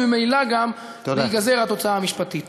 וממילא גם להיגזר התוצאה המשפטית.